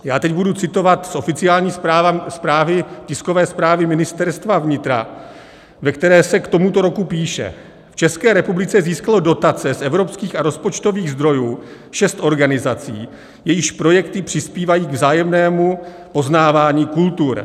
Já teď budu citovat z oficiální zprávy, tiskové zprávy Ministerstva vnitra, ve které se k tomuto roku píše: V České republice získalo dotace z evropských a rozpočtových zdrojů šest organizací, jejichž projekty přispívají k vzájemnému poznávání kultur.